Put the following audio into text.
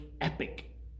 epic